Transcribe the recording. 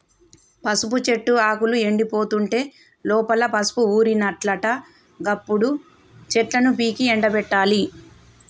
పసుపు చెట్టు ఆకులు ఎండిపోతుంటే లోపల పసుపు ఊరినట్లట గప్పుడు చెట్లను పీకి ఎండపెట్టాలి